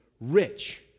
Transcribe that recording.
Rich